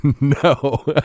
no